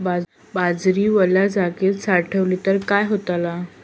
बाजरी वल्या जागेत साठवली तर काय होताला?